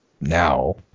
now